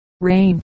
rain